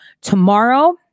tomorrow